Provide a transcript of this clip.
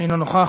אינו נוכח,